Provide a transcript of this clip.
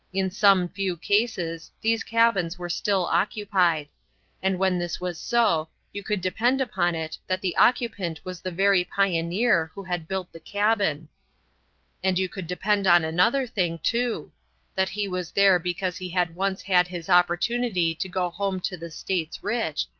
in some few cases these cabins were still occupied and when this was so, you could depend upon it that the occupant was the very pioneer who had built the cabin and you could depend on another thing, too that he was there because he had once had his opportunity to go home to the states rich,